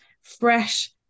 fresh